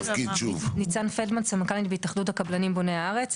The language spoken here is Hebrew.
ניצן פלדמן, סמנכ"לית בהתאחדות הקבלנים בוני הארץ.